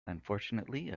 unfortunately